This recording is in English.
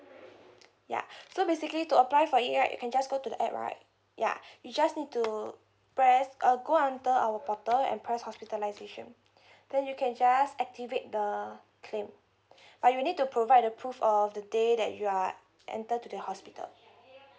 ya so basically to apply for it right you can just go to the app right ya you just need to press uh go under our portal and press hospitalization then you can just activate the claim but you need to provide the proof of the day that you are enter to the hospital